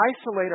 isolate